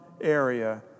area